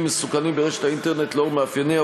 מסוכנים ברשת האינטרנט לאור מאפייניה,